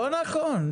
לא נכון.